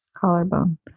Collarbone